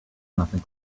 nothing